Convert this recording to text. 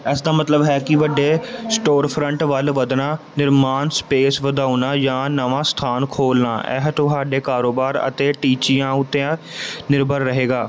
ਇਸ ਦਾ ਮਤਲਬ ਹੈ ਕਿ ਵੱਡੇ ਸਟੋਰਫਰੰਟ ਵੱਲ ਵਧਣਾ ਨਿਰਮਾਣ ਸਪੇਸ ਵਧਾਉਣਾ ਜਾਂ ਨਵਾਂ ਸਥਾਨ ਖੋਲ੍ਹਣਾ ਇਹ ਤੁਹਾਡੇ ਕਾਰੋਬਾਰ ਅਤੇ ਟੀਚਿਆਂ ਉੱਤੇ ਨਿਰਭਰ ਰਹੇਗਾ